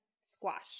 squash